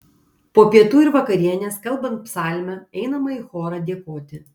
po pietų ir vakarienės kalbant psalmę einama į chorą dėkoti